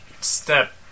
step